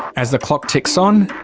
as the clock ticks on,